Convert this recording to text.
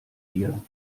dir